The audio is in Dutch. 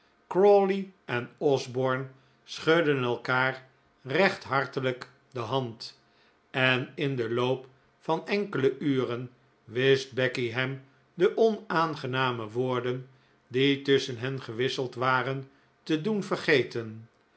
crawley en osborne schudden elkaar recht hartelijk de hand en in den loop van enkele uren wist becky hem de onaangename woorden die tusschen hen gewisseld waren te doen vergeten